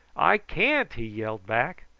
i can't, he yelled back.